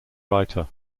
writer